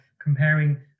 comparing